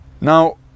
now